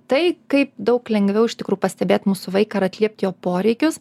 tai kaip daug lengviau iš tikrų pastebėt mūsų vaiką ar atliept jo poreikius